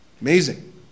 Amazing